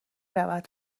رود